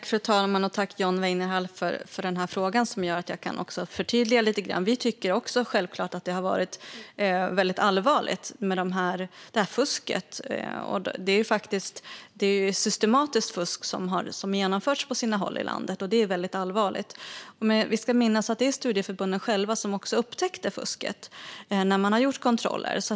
Fru talman! Tack, John Weinerhall, för frågan, som gör att jag kan förtydliga lite grann! Vi tycker självklart också att det har varit väldigt allvarligt med det här fusket. Det är ju systematiskt fusk som har genomförts på sina håll i landet, och det är väldigt allvarligt. Vi ska dock minnas att det var studieförbunden själva som upptäckte fusket när de gjorde kontroller.